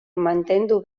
mantendu